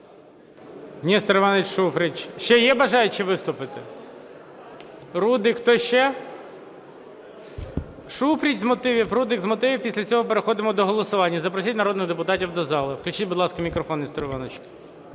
Нестор Іванович Шуфрич. Ще є бажаючі виступити? Рудик. Хто ще? Шуфрич – з мотивів, Рудик – з мотивів, після цього переходимо до голосування. Запросіть народних депутатів до зали. Включіть, будь ласка, мікрофон Нестору Івановичу.